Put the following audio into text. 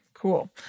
Cool